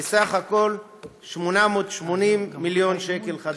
בסך הכול 880 מיליון ש"ח.